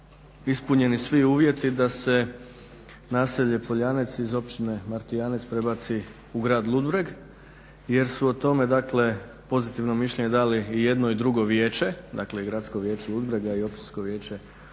ispunjeni svi uvjeti da se naselje POljanec iz Općine Martijanec prebaci u grad Ludbreg jer su o tome pozitivno mišljenje dali i jedno i drugo vijeće, dakle i Gradsko vijeće Ludbrega i Općinsko vijeće